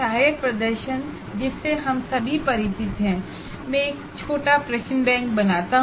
assisted performance जिससे हम सभी परिचित हैं मैं एक छोटा क्वेश्चन बैंक बनाता हूं